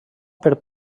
per